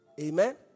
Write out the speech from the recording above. Amen